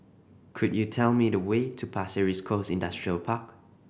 could you tell me the way to Pasir Ris Coast Industrial Park